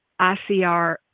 ICR